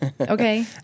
Okay